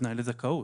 כתנאי לזכאות.